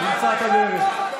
תמצא את הדרך.